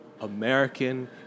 American